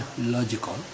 logical